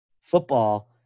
football